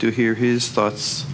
to hear his thoughts